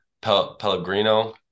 Pellegrino